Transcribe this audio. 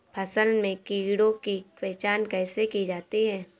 फसल में कीड़ों की पहचान कैसे की जाती है?